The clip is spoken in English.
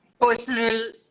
personal